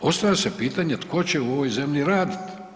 Postavlja se pitanje tko će u ovoj zemlji radit?